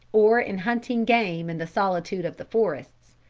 or in hunting game in the solitude of the forests.